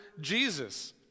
Jesus